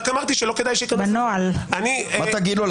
רק אמרתי שלא כדאי --- מה תגיד לו?